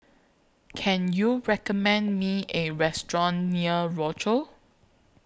Can YOU recommend Me A Restaurant near Rochor